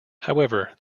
however